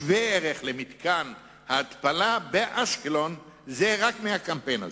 שווה ערך למתקן ההתפלה באשקלון רק מהקמפיין הזה.